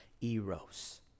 eros